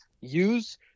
use